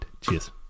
Cheers